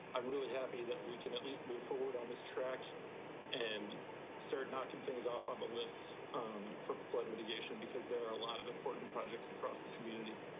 i'm really happy that we can at least move forward on this track and start knocking things off of a list for flood mitigation because there are a lot of important projects across the community.